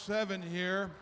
seven here